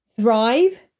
thrive